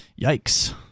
Yikes